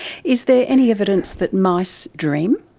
is there any evidence that mice dream?